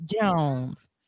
Jones